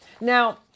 Now